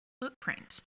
footprint